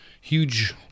huge